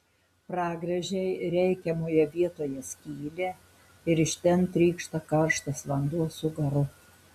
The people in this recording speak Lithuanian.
pragręžei reikiamoje vietoje skylę ir iš ten trykšta karštas vanduo su garu